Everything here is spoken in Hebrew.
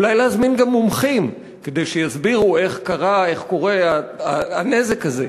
אולי להזמין גם מומחים כדי שיסבירו איך קרה הנזק הזה,